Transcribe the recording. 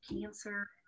cancer